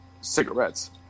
cigarettes